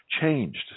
changed